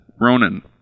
Ronan